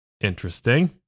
Interesting